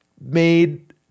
made